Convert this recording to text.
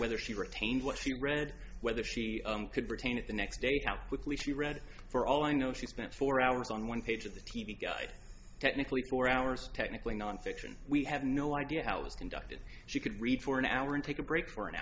whether she retained what she read whether she could retain it the next day how quickly she read it for all i know she spent four hours on one page of the t v guide technically four hours technically nonfiction we have no idea how it was conducted she could read for an hour and take a break for an